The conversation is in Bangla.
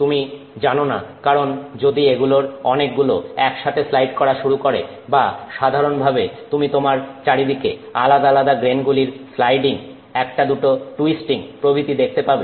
তুমি জানো না কারণ যদি এগুলোর অনেকগুলো একসাথে স্লাইড করা শুরু করে বা সাধারণভাবে তুমি তোমার চারিদিকে আলাদা আলাদা গ্রেনগুলির স্লাইডিং একটা দুটো টুইস্টিং প্রভৃতি দেখতে পাবে